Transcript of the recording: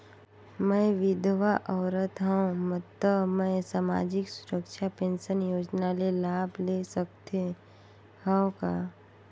मैं विधवा औरत हवं त मै समाजिक सुरक्षा पेंशन योजना ले लाभ ले सकथे हव का?